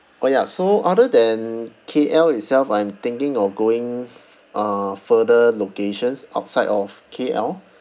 orh ya so other than K_L itself I'm thinking of going uh further locations outside of K_L